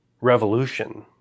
revolution